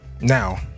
now